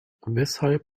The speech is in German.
weshalb